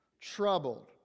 troubled